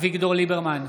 אביגדור ליברמן,